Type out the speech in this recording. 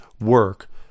work